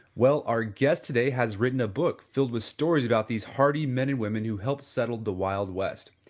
well our guest today has written a book filled with stories about these hearty men and women who helped settle the wild west.